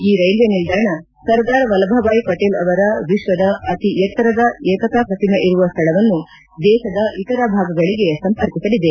ಈ ರೈಲ್ವೆ ನಿಲ್ದಾಣ ಸರ್ದಾರ್ ವಲ್ಲಭಭಾಯಿ ಪಟೇಲ್ ಅವರ ವಿಕ್ಷದ ಅತಿ ಎತ್ತರದ ಏಕತಾ ಪ್ರತಿಮೆ ಇರುವ ಸ್ಥಳವನ್ನು ದೇಶದ ಇತರ ಭಾಗಗಳಿಗೆ ಸಂಪರ್ಕಿಸಲಿದೆ